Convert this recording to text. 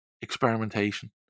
experimentation